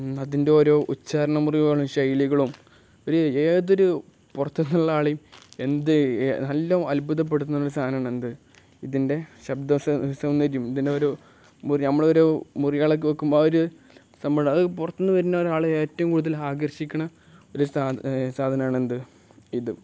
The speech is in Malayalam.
അതിൻ്റെ ഓരോ ഉച്ഛാരണ മുറിവുകളും ശൈലികളും ഒരു ഏതൊരു പുറത്തു നിന്നുള്ള ആളെയും എന്ത് നല്ലോണം അത്ഭുതപ്പെടുത്തുന്നൊരു സാധനമാണ് എന്ത് ഇതിൻ്റെ ശബ്ദ സൗന്ദര്യം ഇതിൻ്റെ മുറഒരു നമ്മളൊരു മുറികളൊക്കെ വെക്കുമ്പോൾ ആ ഒരു സംഭവമുണ്ട് അത് പുറത്തു നിന്നു വരുന്ന ഒരാളെ ഏറ്റവും കൂടുതൽ ആകർഷിക്കുന്ന ഒരു സാ സാധനമാണ് എന്ത് ഇത്